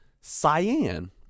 Cyan